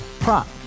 Prop